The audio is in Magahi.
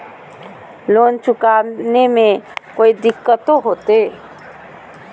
लोन चुकाने में कोई दिक्कतों होते?